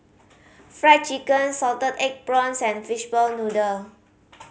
Fried Chicken salted egg prawns and fishball noodle